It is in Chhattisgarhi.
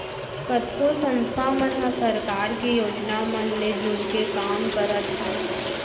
कतको संस्था मन ह सरकार के योजना मन ले जुड़के काम करत हावय